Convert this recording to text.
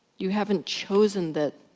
you haven't chosen that,